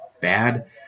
bad